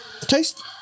Taste